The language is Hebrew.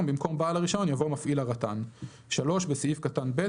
במקום "בעל הרישיון" יבוא "מפעיל הרט"ן"; בסעיף קטן (ב),